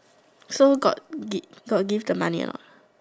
so got got got give the money or not